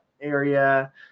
area